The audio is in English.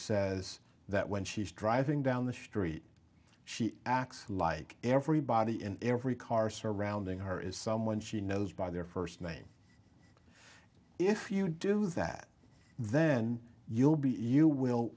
says that when she's driving down the street she acts like everybody in every car surrounding her is someone she knows by their first name if you do that then you'll be you will